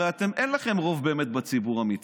הרי אין לכם באמת רוב בציבור, אמיתי.